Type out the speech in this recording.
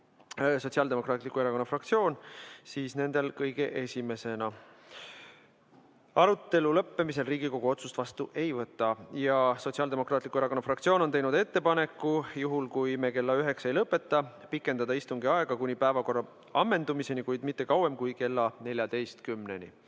on Sotsiaaldemokraatliku Erakonna fraktsioon, siis nemad kõige esimesena. Arutelu lõppemisel Riigikogu otsust vastu ei võta. Sotsiaaldemokraatliku Erakonna fraktsioon on teinud ettepaneku, juhul kui me kella üheks ei lõpeta, pikendada istungi aega kuni päevakorra ammendumiseni, kuid mitte kauem kui kella kaheni.